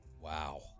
Wow